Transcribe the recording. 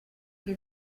che